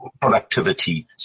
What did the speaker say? productivity